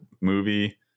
movie